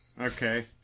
Okay